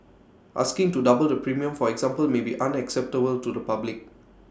asking to double the premium for example may be unacceptable to the public